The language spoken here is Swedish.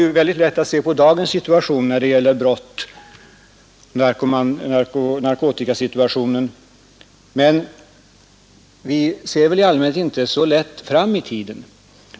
Vi har mycket lätt att se på dagens situation när det gäller brott och narkomani, medan vi i allmänhet inte lika lätt kan se framåt i tiden.